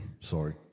sorry